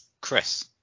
Chris